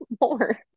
more